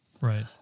Right